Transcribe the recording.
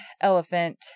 elephant